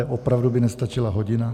Opravdu by nestačila hodina?